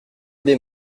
des